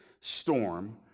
storm